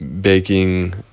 Baking